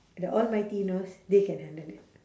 the almighty knows they can handle it